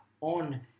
on